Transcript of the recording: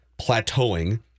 plateauing